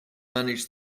manage